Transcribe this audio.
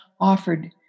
offered